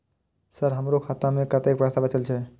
Sir हमरो खाता में कतेक पैसा बचल छे?